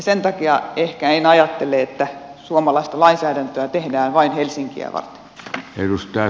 sen takia ehkä en ajattele että suomalaista lainsäädäntöä tehdään vain helsinkiä varten